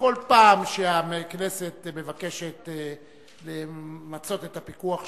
בכל פעם שהכנסת מבקשת למצות את הפיקוח שלה,